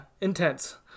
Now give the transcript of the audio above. intense